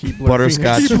Butterscotch